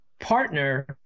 partner